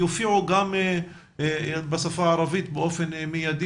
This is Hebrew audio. הבטיחו לנו לפני שנה וחצי בוועדת החינוך שהדברים